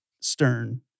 Stern